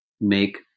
make